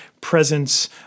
presence